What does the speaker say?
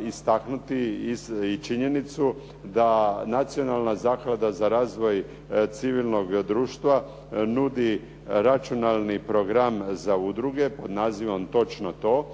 istaknuti i činjenicu da Nacionalna zaklada za razvoj civilnog društva nudi računalni program za udruge pod nazivom točno to,